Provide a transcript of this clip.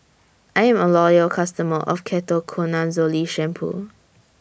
I'm A Loyal customer of Ketoconazole Shampoo